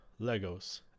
Legos